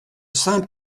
saint